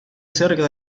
cerca